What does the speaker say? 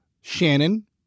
Shannon